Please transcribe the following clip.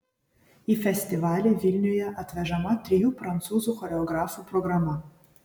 į festivalį vilniuje atvežama trijų prancūzų choreografų programa